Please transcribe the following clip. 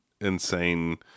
insane